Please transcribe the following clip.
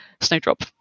snowdrop